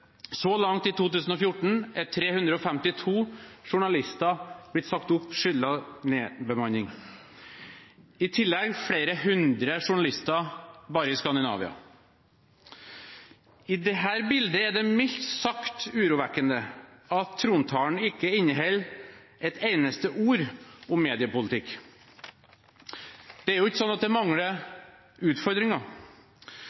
Så langt i 2014 er 352 journalister blitt sagt opp på grunn av nedbemanning, i tillegg til flere hundre journalister bare i Skandinavia. I dette bildet er det mildt sagt urovekkende at trontalen ikke inneholder et eneste ord om mediepolitikk. Det er jo ikke sånn at det mangler